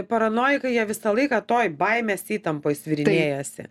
paranojikai jie visą laiką toj baimės įtampos svirinėjasi